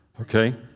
Okay